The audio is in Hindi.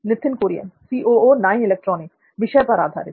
नित्थिन कुरियन विषय पर आधारित